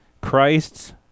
Christ's